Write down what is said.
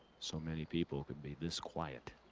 so many people could be this quiet.